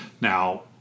Now